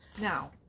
Now